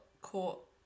caught